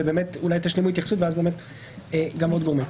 אולי תשלימו התייחסות ואז נדבר על זה.